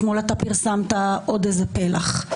אתמול פרסמת עוד פלח.